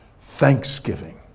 Thanksgiving